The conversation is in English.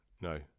no